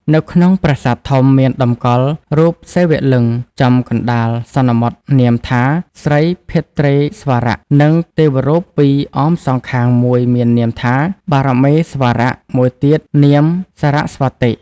នៅក្នុងប្រាសាទធំ មានតម្កល់រូបសិវលិង្គចំកណ្តាល សន្មតនាមថា ស្រីភទ្រេស្វរៈ និងទេវរូបពីរអមសងខាង មួយមាននាមថា បរមេស្វរៈ មួយទៀតនាម សរស្វតិ ។